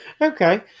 Okay